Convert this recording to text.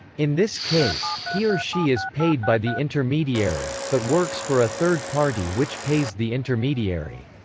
in this case, he or she is paid by the intermediary, but works for a third party which pays the intermediary.